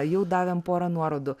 jau davėm porą nuorodų